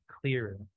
clearer